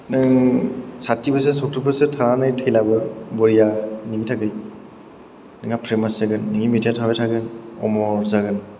नों साथि बोसोर सथ्थुर बोसोर थानानै थैब्लाबो बरिया नोंनि थाखाय नोंहा फेमास जागोन नोंनि मेथाइया थाबाय थागोन अमर जागोन